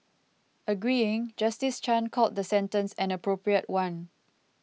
agreeing Justice Chan called the sentence an appropriate one